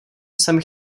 jsem